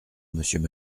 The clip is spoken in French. monsieur